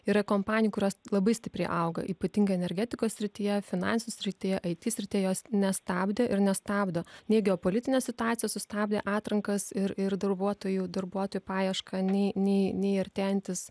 yra kompanijų kurios labai stipriai auga ypatingai energetikos srityje finansų srityje it srity jos nestabdė ir nestabdo nei geopolitinė situacija sustabdė atrankas ir ir darbuotojų darbuotojų paiešką nei nei nei artėjantis